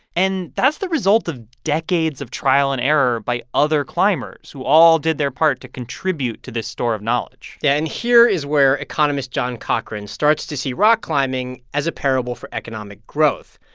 and that's the result of decades of trial and error by other climbers who all did their part to contribute to this store of knowledge yeah. and here is where economist john cochrane starts to see rock climbing as a parable for economic growth.